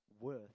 worth